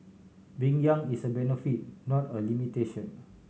being young is a benefit not a limitation